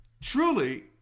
truly